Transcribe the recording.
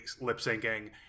lip-syncing